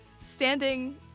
Standing